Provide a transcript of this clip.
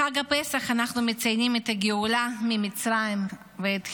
בחג הפסח אנחנו מציינים את הגאולה ממצרים ואת חירותנו,